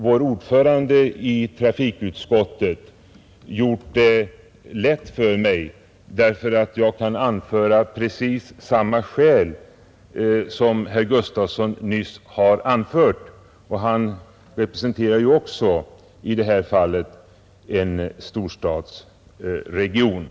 Vår ordförande i trafikutskottet har gjort det lätt för mig, eftersom jag kan anföra precis samma skäl som herr Gustafson i Göteborg anförde nyss; han representerar ju också i detta fall en storstadsregion.